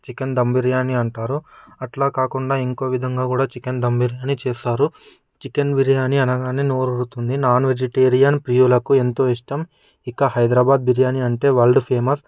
chicken dum biryani అంటారు అట్లా కాకుండా ఇంకో విధంగా కూడా చికెన్ దమ్ బిర్యాని చేస్తారు చికెన్ బిర్యాని అని అనగానే నోరూరుతుంది నాన్ వెజిటేరియన్ ప్రియులకు ఎంతో ఇష్టం ఇంకా హైదరాబాద్ బిర్యానీ అంటే వరల్డ్ ఫేమ